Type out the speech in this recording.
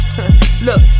Look